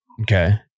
Okay